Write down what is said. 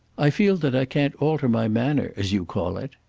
i feel that i can't alter my manner, as you call it.